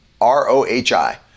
R-O-H-I